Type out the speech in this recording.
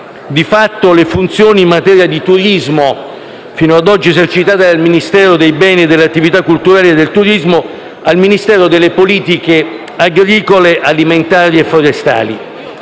di fatto, le funzioni in materia di turismo, fino ad oggi esercitate dal Ministero dei beni e delle attività culturali e del turismo, al Ministero delle politiche agricole, alimentari e forestali.